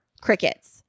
crickets